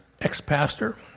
ex-pastor